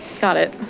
got it.